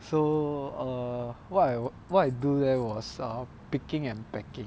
so err what I what I do there was err picking and packing